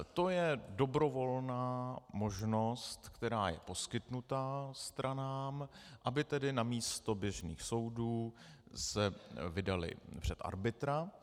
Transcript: To je dobrovolná možnost, která je poskytnuta stranám, aby namísto běžných soudů se vydaly před arbitra.